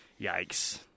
Yikes